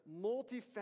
multifaceted